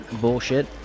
bullshit